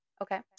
okay